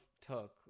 took